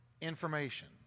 information